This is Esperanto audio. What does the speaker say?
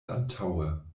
antaŭe